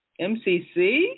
MCC